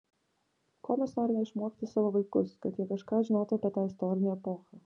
ko mes norime išmokyti savo vaikus kad jie kažką žinotų apie tą istorinę epochą